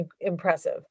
impressive